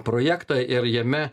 projektą ir jame